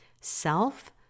self